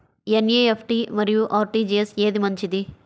NEFT మరియు RTGS ఏది మంచిది?